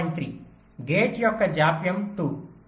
3 gate యొక్క జాప్యం 2